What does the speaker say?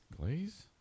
Glaze